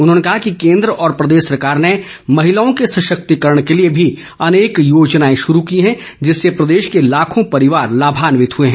उन्होंने कहा कि केन्द्र और प्रदेश सरकार ने महिलाओं के सशक्तिकरण के लिए भी अनेक योजनाएं शुरू की हैं जिससे प्रदेश के लाखों परिवार लाभान्वित हुए हैं